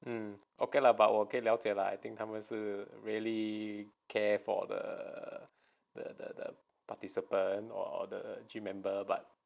mm okay lah but 我可以了解 lah I think 他们是 really care for the the the the participant or the gym member but